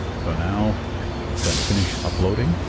so now it's going to finish uploading,